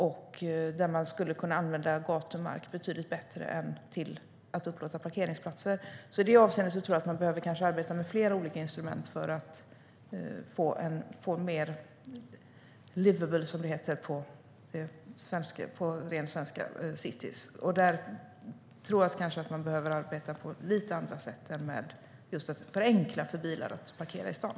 Då skulle man kunna använda gatumark på ett betydligt bättre sätt än till parkeringsplatser. I det avseendet tror jag att man behöver arbeta med flera olika instrument för att få mer liveable cities - på ren svenska. Man behöver kanske arbeta på lite andra sätt än att förenkla för bilar att parkera i staden.